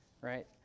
right